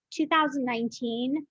2019